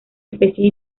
especies